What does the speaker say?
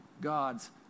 God's